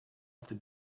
after